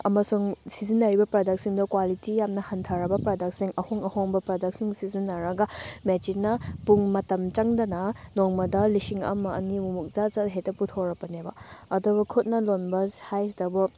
ꯑꯃꯁꯨꯡ ꯁꯤꯖꯤꯟꯅꯔꯤꯕ ꯄ꯭ꯔꯗꯛꯁꯤꯡꯗꯣ ꯀ꯭ꯋꯥꯂꯤꯇꯤ ꯌꯥꯝꯅ ꯍꯟꯊꯔꯕ ꯄ꯭ꯔꯗꯛꯁꯤꯡ ꯑꯍꯣꯡ ꯑꯍꯣꯡꯕ ꯄ꯭ꯔꯗꯛꯁꯤꯡ ꯁꯤꯖꯤꯟꯅꯔꯒ ꯃꯦꯆꯤꯟꯅ ꯄꯨꯡ ꯃꯇꯝ ꯆꯪꯗꯅ ꯅꯣꯡꯃꯗ ꯂꯤꯁꯤꯡ ꯑꯃ ꯑꯅꯤꯃꯨꯛ ꯖꯔ ꯖꯔ ꯍꯦꯛꯇ ꯄꯨꯊꯣꯔꯛꯄꯅꯦꯕ ꯑꯗꯨꯕꯨ ꯈꯨꯠꯅ ꯂꯣꯟꯕ ꯍꯥꯏꯔꯤꯁꯤꯗꯕꯨ